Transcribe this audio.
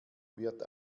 wird